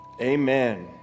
amen